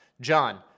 John